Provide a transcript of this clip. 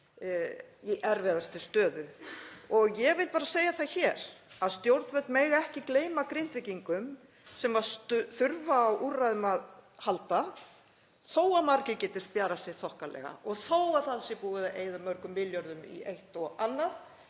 í erfiðastri stöðu. Ég vil bara segja það hér að stjórnvöld mega ekki gleyma Grindvíkingum sem þurfa á úrræðum að halda þó að margir geti spjarað sig þokkalega. Þó að það sé búið að eyða mörgum milljörðum í eitt og annað